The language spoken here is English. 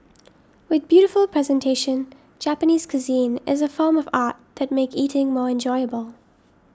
with beautiful presentation Japanese cuisine is a form of art that make eating more enjoyable